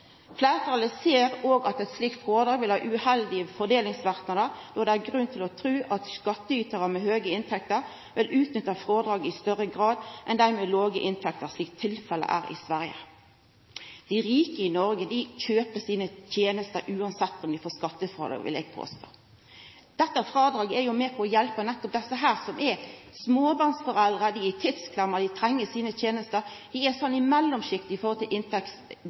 ser òg at eit slikt frådrag vil ha uheldige fordelingsverknader, då det er grunn til å tru at skattytarar med høge inntekter vil utnytta frådraget i større grad enn dei med låge inntekter, slik tilfellet er i Sverige.» Eg vil påstå at dei rike i Noreg kjøper sine tenester, uansett om dei får skattefrådrag. Dette frådraget er jo med på hjelpa desse som er småbarnsforeldre, som er i tidsklemma og treng tenester – dei som er i mellomsjiktet når det gjeld inntekt. Det svenske fellesforbundet var positiv til